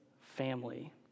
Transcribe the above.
family